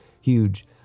huge